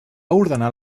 ordenar